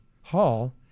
Hall